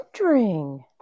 wondering